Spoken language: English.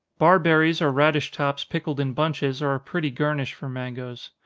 barberries or radish tops pickled in bunches, are a pretty garnish for mangoes.